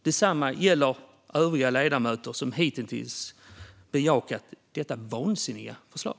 Detsamma gäller övriga ledamöter som hitintills bejakat detta vansinniga förslag.